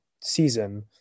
season